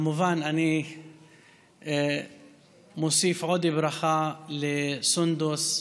כמובן אני מוסיף עוד ברכה לסונדוס,